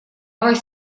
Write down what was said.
вас